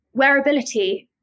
wearability